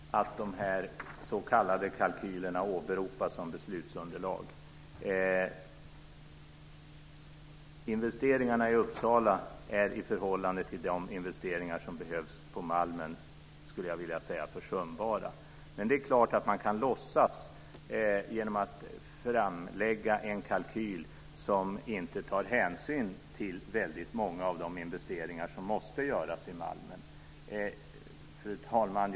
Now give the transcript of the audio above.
Fru talman! Det är på sitt sätt bra men samtidigt lite rörande att de här s.k. kalkylerna åberopas som beslutsunderlag. Investeringarna i Uppsala är i förhållande till de investeringar som behövs på Malmen försumbara, skulle jag vilja säga. Men det är klart att man kan låtsas annat genom att framlägga en kalkyl där hänsyn inte tagits till väldigt många av de investeringar som måste göras på Malmen. Fru talman!